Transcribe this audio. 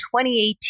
2018